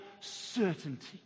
certainty